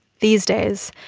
these days,